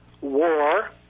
War